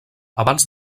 abans